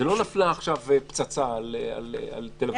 אל נפלה עכשיו פצצה על תל אביב.